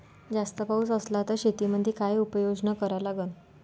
जास्त पाऊस असला त शेतीमंदी काय उपाययोजना करा लागन?